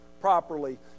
properly